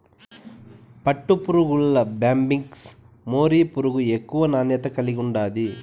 పట్టుపురుగుల్ల Bombyx mori పురుగు ఎక్కువ నాణ్యత కలిగుండాది